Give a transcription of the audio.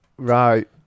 Right